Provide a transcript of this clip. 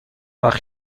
وقت